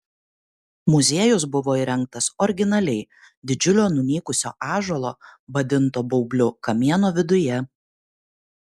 muziejus buvo įrengtas originaliai didžiulio nunykusio ąžuolo vadinto baubliu kamieno viduje